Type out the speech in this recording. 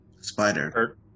Spider